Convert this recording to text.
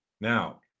now